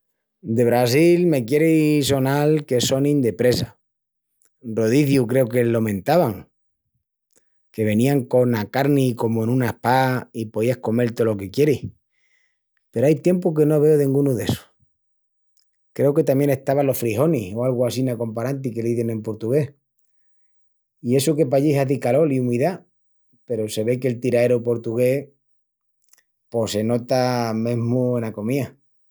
De Brasil me quieri sonal que sonin de presa. Rodiziu creu que lo mentavan… Que venián cona carni comu en una espá i poías comel tolo que quieris. Peru ai tiempu que no veu dengunu d'essus. Creu que tamién estavan los frijonis o algu assina comparanti que l'izin en portugués. I essu que pallí hazi calol i umidá peru se ve que'l tiraeru portugués pos se nota mesmu ena comía.